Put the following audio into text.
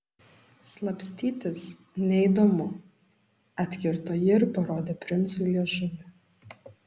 slapstytis neįdomu atkirto ji ir parodė princui liežuvį